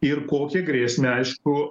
ir kokią grėsmę aišku